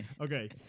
Okay